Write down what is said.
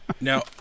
now